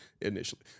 initially